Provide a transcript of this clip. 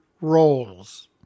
roles